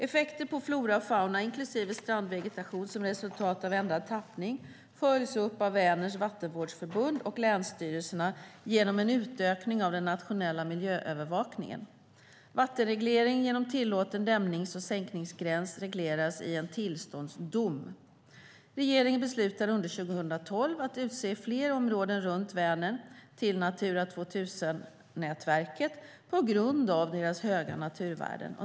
Effekter på flora och fauna inklusive strandvegetation som resultat av ändrad tappning följs upp av Vänerns Vattenvårdsförbund och länsstyrelserna genom en utökning av den nationella miljöövervakningen. Vattenreglering genom tillåten dämnings och sänkningsgräns regleras i en tillståndsdom. Regeringen beslutade under 2012 att utse fler områden runt Vänern till Natura 2000-nätverket på grund av deras höga naturvärden.